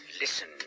Listen